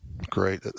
Great